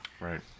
Right